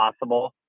possible